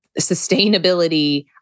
sustainability